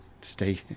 stay